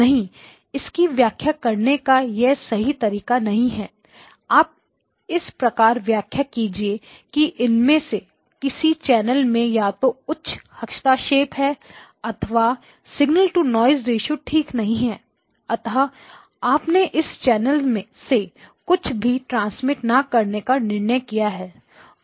नहीं इसकी व्याख्या करने का यह सही तरीका नहीं है आप इस प्रकार व्याख्या कीजिए कि इनमें किसी चैनल में या तो उच्च हस्तक्षेप है अथवा सिग्नल टू नॉइज़ रेश्यो ठीक नहीं है अतः आपने इस चैनल से कुछ भी ट्रांसमिट ना करने का निर्णय किया है